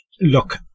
look